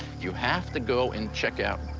you have to go and check out.